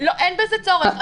אין בזה צורך.